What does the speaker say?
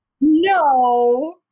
No